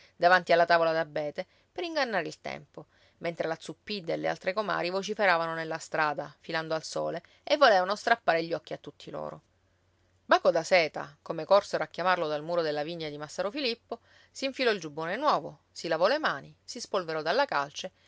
davanti alla tavola d'abete per ingannare il tempo mentre la zuppidda e le altre comari vociferavano nella strada filando al sole e volevano strappare gli occhi a tutti loro baco da seta come corsero a chiamarlo dal muro della vigna di massaro filippo s'infilò il giubbone nuovo si lavò le mani si spolverò dalla calce